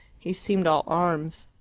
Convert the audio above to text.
he seemed all arms.